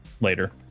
later